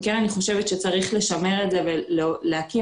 אני חושבת שצריך לשמר את זה ולהקים